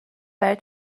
برای